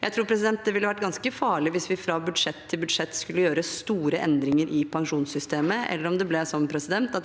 Jeg tror det ville vært ganske farlig hvis vi fra budsjett til budsjett skulle gjort store endringer i pensjonssystemet, eller om det ble sånn at